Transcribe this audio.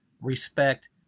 respect